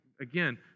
again